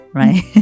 right